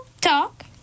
talk